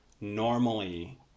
normally